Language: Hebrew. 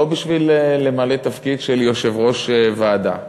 לא בשביל למלא תפקיד של יו"ר ועדה.